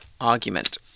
argument